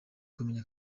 kumenya